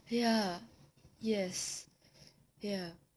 ya yes ya